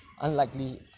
Unlikely